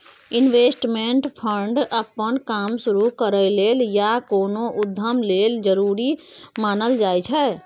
investment fund अप्पन काम शुरु करइ लेल या कोनो उद्यम लेल जरूरी मानल जाइ छै